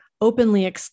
openly